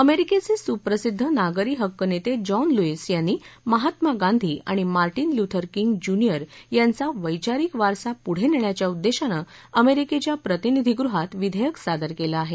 अमेरिकेचे सुप्रसिद्ध नागरी हक्क नेते जॉन लुईस यांनी महात्मा गांधी आणि मार्ति ल्युथर किंग ज्युनिअर यांचा वैचारिक वारसा पुढे नेण्याच्या उद्देशानं अमेरिकेच्या प्रतिनिधीगृहात विधेयक सादर केलं आहे